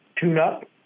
tune-up